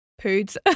poods